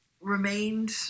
remained